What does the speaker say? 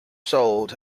sold